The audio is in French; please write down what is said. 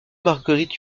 marguerite